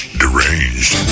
deranged